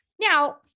Now